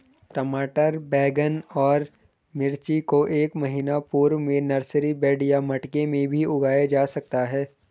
टमाटर बैगन और मिर्ची को एक महीना पूर्व में नर्सरी बेड या मटके भी में उगाया जा सकता है